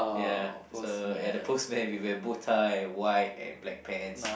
ya so ya the postman with a bow tie white and black pants